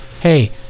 Hey